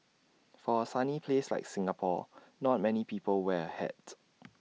for A sunny place like Singapore not many people wear A hat